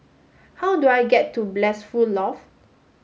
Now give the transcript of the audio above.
how do I get to Blissful Loft